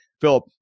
Philip